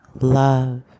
love